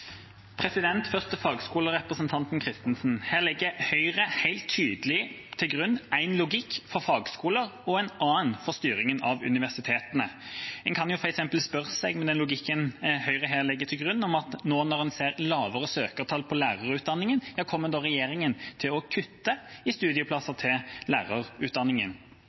Først til fagskolene og representanten Turid Kristensen: Her legger Høyre helt tydelig til grunn én logikk for fagskoler og en annen for styringen av universitetene. Med den logikken som Høyre legger til grunn, kan en jo, når en nå ser at det er lavere søkertall for lærerutdanningen, spørre seg om regjeringa da kommer til å kutte i antallet studieplasser på lærerutdanningen.